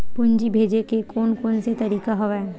पूंजी भेजे के कोन कोन से तरीका हवय?